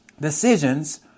decisions